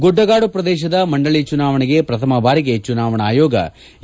ಗುಡ್ಡಗಾದು ಪ್ರದೇಶದ ಮಂದಳಿ ಚುನಾವಣೆಗೆ ಪ್ರಥಮ ಬಾರಿಗೆ ಚುನಾವಣಾ ಆಯೋಗ ಇ